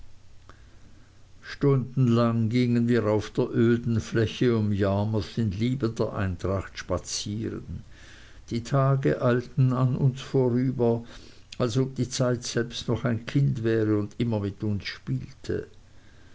stundenlang gingen wir auf der öden fläche um yarmouth in liebender eintracht spazieren die tage eilten an uns vorüber als ob die zeit selbst noch ein kind wäre und immer mit uns spielte